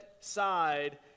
side